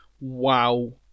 Wow